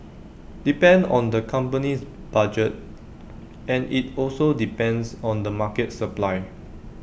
depend on the company's budget and IT also depends on the market supply